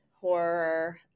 horror